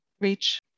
reach